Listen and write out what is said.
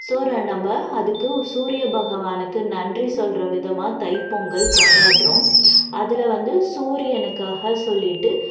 சோறை நம்ம அதுக்கு சூரிய பகவானுக்கு நன்றி சொல்கிற விதமாக தைப் பொங்கல் கொண்டாடுறோம் அதில் வந்து வந்து சூரியனுக்காக சொல்லிட்டு